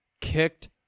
kicked